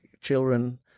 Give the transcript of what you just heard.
children